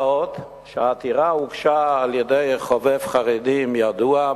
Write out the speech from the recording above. מה עוד שהעתירה הוגשה על-ידי "חובב חרדים" ידוע,